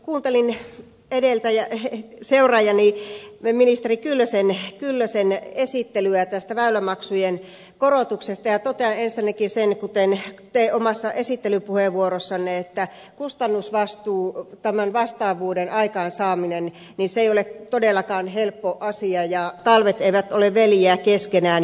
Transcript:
kuuntelin seuraajani ministeri kyllösen esittelyä tästä väylämaksujen korotuksesta ja totean ensinnäkin sen kuten te omassa esittelypuheenvuorossanne että kustannusvastuu tämän vastaavuuden aikaansaaminen se ei ole todellakaan helppo asia ja talvet eivät ole veljiä keskenään